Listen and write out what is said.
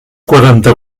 quaranta